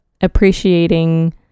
appreciating